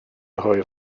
hwyr